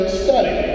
study